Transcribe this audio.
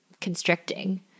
constricting